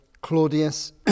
Claudius